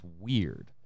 weird